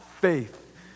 faith